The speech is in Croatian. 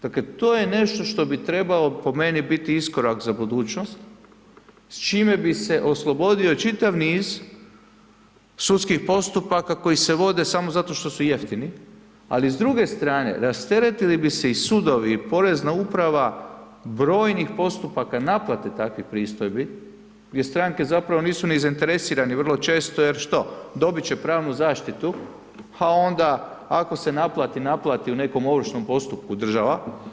Dakle to je nešto što bi trebalo po meni biti iskorak za budućnost, s čime bi se oslobodio čitav niz sudskih postupaka koji se vode samo zato što su jeftini ali s druge strane rasteretili bi se i sudovi i porezna uprava brojnih postupaka naplate takvih pristojbi gdje stranke zapravo nisu ni zainteresirane vrlo često jer što, dobiti će pravnu zaštitu a onda ako se naplati, naplati u nekom ovršnom postupku država.